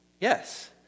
Yes